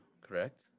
correct